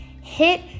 hit